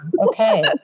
okay